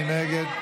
מי נגד?